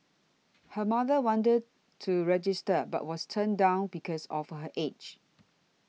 her mother wanted to register but was turned down because of her age